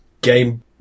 game